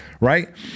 right